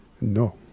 No